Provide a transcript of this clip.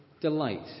delight